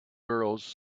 girls